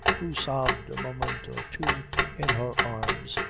who sobbed a moment or two in her arms,